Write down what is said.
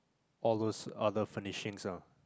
all those other furnishings ah